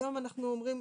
היום אנחנו אומרים,